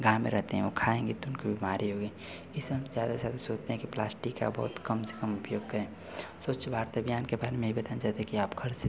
गाय में रहते हैं वे खाएंगे तो उनको बीमारी होगी इस सब में ज़्यादातर सोचते हैं कि प्लास्टिक का कम से कम उपयोग करें स्वच्छ भारत अभियान के बारे में यह बताना चाहते हैं कि आप घर से